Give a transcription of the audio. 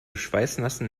schweißnassen